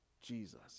Jesus